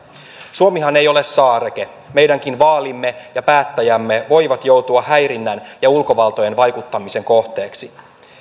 suomihan ei ole saareke meidänkin vaalimme ja päättäjämme voivat joutua häirinnän ja ulkovaltojen vaikuttamisen kohteeksi